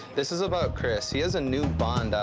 this is about chris. he has a new bond out.